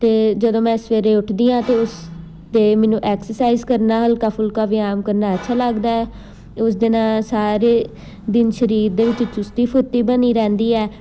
ਅਤੇ ਜਦੋਂ ਮੈਂ ਸਵੇਰੇ ਉੱਠਦੀ ਹਾਂ ਤਾਂ ਉਸ 'ਤੇ ਮੈਨੂੰ ਐਕਸਰਸਾਈਜ਼ ਕਰਨਾ ਹਲਕਾ ਫੁਲਕਾ ਵਿਆਮ ਕਰਨਾ ਅੱਛਾ ਲੱਗਦਾ ਉਸਦੇ ਨਾਲ ਸਾਰੇ ਦਿਨ ਸਰੀਰ ਦੇ ਵਿੱਚ ਚੁਸਤੀ ਫੁਰਤੀ ਬਣੀ ਰਹਿੰਦੀ ਹੈ